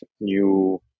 new